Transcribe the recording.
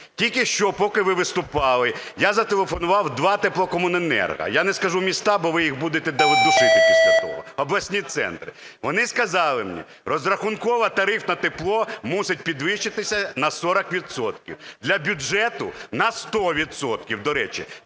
Тільки що, поки ви виступали, я зателефонував у два теплокомуненерго. Я не скажу міста, бо ви їх будете душити після того, обласні центри. Вони сказали мені: розрахункове тарифне тепло мусить підвищитися на 40 відсотків, для бюджету на 100